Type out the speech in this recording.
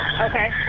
Okay